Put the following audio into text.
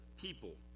people